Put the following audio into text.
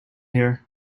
here